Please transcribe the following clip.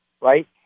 right